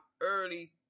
early